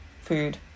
food